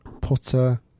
Putter